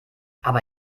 aber